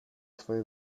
twoje